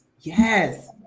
yes